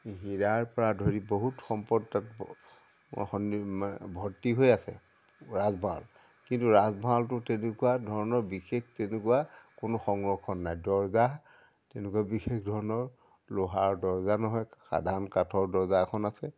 হীড়াৰ পৰা ধৰি বহুত সম্পদত ভৰ্তি হৈ আছে ৰাজভঁৰালত কিন্তু ৰাজভঁৰালতটো তেনেকুৱা ধৰণৰ বিশেষ তেনেকুৱা কোনো সংৰক্ষণ নাই দৰ্জা তেনেকুৱা বিশেষ ধৰণৰ লোহাৰ দৰ্জা নহয় সাধাৰণ কাঠৰ দৰ্জা এখন আছে